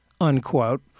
unquote